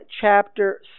chapter